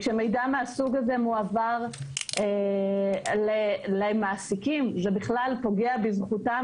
כשמידע מהסוג הזה מועבר למעסיקים זה בכלל פוגע בזכותם